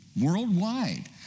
Worldwide